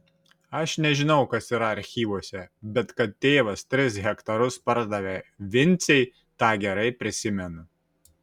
aš nežinau kas yra archyvuose bet kad tėvas tris hektarus pardavė vincei tą gerai prisimenu